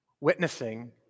Witnessing